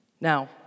Now